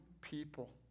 people